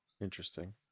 Interesting